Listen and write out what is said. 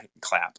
clap